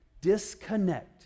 Disconnect